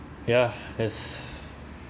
ya yes